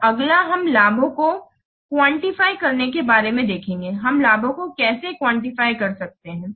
तो अगला हम लाभों को क्वांटिफ्यिंग करने के बारे में देखेंगे हम लाभों को कैसे क्वांटिफ्य कर सकते हैं